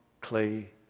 clay